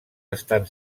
estan